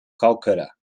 calcutta